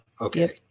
Okay